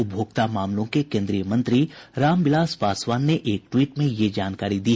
उपभोक्ता मामलों के केन्द्रीय मंत्री राम विलास पासवान ने एक टवीट में यह जानकारी दी